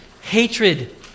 hatred